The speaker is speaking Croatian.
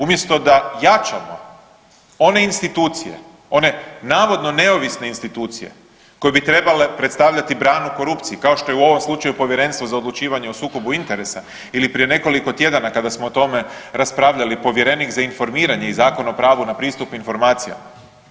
Umjesto da jačamo one institucije, one navodno neovisne institucije koje bi trebale predstavljati branu korupciji kao što je u ovom slučaju Povjerenstvo za odlučivanje o sukobu interesa ili prije nekoliko tjedana kada smo o tome raspravljali povjerenik za informiranje i Zakon o pravu na pristup informacijama.